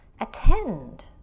attend